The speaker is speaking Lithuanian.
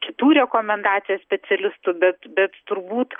kitų rekomendacijas specialistų bet bet turbūt